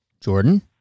Jordan